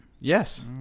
Yes